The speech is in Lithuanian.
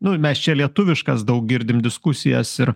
nu mes čia lietuviškas daug girdim diskusijas ir